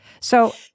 So-